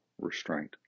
restraint